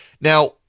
Now